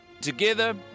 together